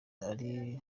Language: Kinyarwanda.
ari